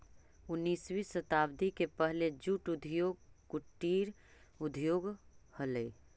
उन्नीसवीं शताब्दी के पहले जूट उद्योग कुटीर उद्योग हलइ